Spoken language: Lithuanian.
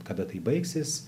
kada tai baigsis